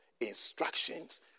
instructions